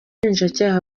ubushinjacyaha